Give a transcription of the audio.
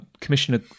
Commissioner